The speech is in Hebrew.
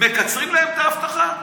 מקצרים להם את האבטחה?